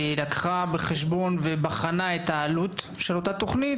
והיא לקחה בחשבון ובחנה את העלות של אותה תוכנית,